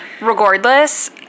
Regardless